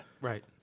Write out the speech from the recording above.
Right